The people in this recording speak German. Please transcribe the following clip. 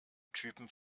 typen